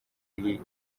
iri